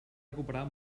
recuperar